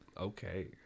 okay